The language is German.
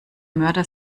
mörder